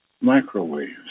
microwaves